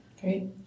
Great